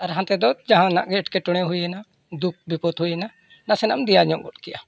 ᱟᱨ ᱦᱟᱱᱛᱮ ᱫᱚ ᱡᱟᱦᱟᱱᱟᱜ ᱜᱮ ᱮᱴᱠᱮᱴᱚᱬᱮ ᱦᱩᱭᱮᱱᱟ ᱫᱩᱠᱷ ᱵᱤᱯᱚᱫᱽ ᱦᱩᱭᱮᱱᱟ ᱱᱟᱥᱮ ᱱᱟᱜ ᱮᱢ ᱫᱮᱭᱟ ᱧᱚᱜ ᱠᱮᱫᱼᱟ